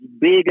big